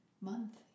month